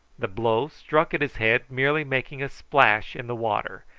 the blow struck at his head merely making a splash in the water,